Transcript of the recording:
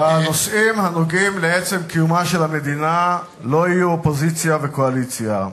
בנושאים הנוגעים לעצם קיומה של המדינה לא יהיו אופוזיציה וקואליציה.